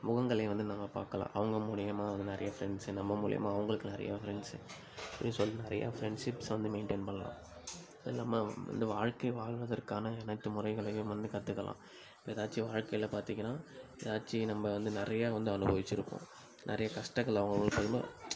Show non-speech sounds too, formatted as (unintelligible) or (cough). முகங்களை வந்து நாம பார்க்கலாம் அவங்க மூலியமாக வந்து நிறைய ஃப்ரெண்ட்ஸு நம்ம மூலியமாக அவங்களுக்கு நிறையா ஃப்ரெண்ட்ஸு அப்படின்னு சொல்லி நிறையா ஃப்ரெண்ட்ஷிப்ஸை வந்து மெயின்டைன் பண்ணலாம் நம்ம இது வாழ்க்கை வாழ்வதற்கான அனைத்து முறைகளையும் வந்து கற்றுக்கலாம் இப்போ ஏதாச்சு வாழ்க்கையில் பார்த்தீங்கன்னா ஏதாச்சு நம்ப வந்து நிறையா வந்து அனுபவிச்சுருக்கோம் நிறைய கஷ்டங்கள் (unintelligible)